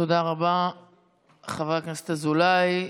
תודה רבה, חבר הכנסת אזולאי.